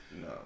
No